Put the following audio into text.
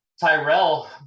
Tyrell